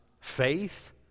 faith